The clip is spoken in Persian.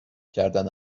کردن